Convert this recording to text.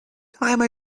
time